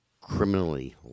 criminally